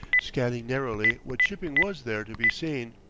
scanning narrowly what shipping was there to be seen.